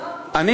אבל לא עברו,